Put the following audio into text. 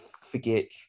forget